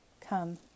Come